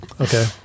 Okay